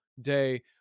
day